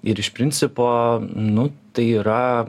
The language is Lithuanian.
ir iš principo nu tai yra